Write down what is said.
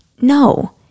No